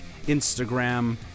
Instagram